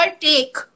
take